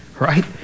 right